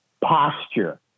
posture